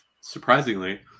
surprisingly